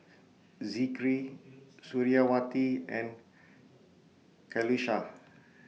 Zikri Suriawati and Qalisha